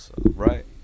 Right